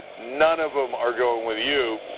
none of them are going with you.